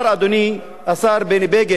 אדוני השר בני בגין,